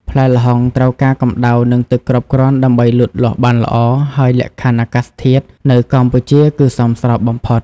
ផ្លែល្ហុងត្រូវការកម្ដៅ និងទឹកគ្រប់គ្រាន់ដើម្បីលូតលាស់បានល្អ ហើយលក្ខខណ្ឌអាកាសធាតុនៅកម្ពុជាគឺសមស្របបំផុត។